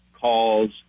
calls